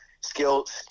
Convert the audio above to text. skills